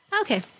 Okay